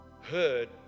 heard